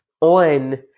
on